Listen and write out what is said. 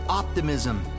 optimism